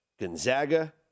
Gonzaga